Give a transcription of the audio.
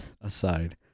aside